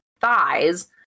thighs